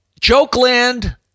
Jokeland